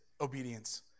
obedience